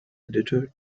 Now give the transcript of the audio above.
editor